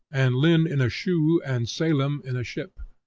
and lynn in a shoe, and salem in a ship.